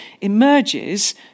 emerges